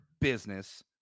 business